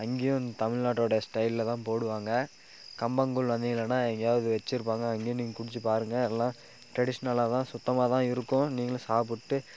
அங்கேயும் தமிழ்நாட்டோட ஸ்டைல்லதான் போடுவாங்க கம்பங்கூழ் வந்தீங்கள்னா எங்கேயாவது வச்சியிருப்பாங்க அங்கேயும் நீங்கள் குடிச்சு பாருங்கள் நல்லா டிரடீஷ்னலாக தான் சுத்தமாக தான் இருக்கும் நீங்களும் சாப்பிட்டு